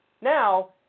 Now